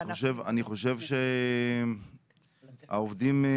אני חושב שהעובדים,